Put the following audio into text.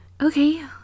Okay